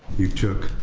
you took.